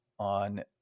on